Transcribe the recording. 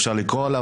אפשר לקרוא עליו,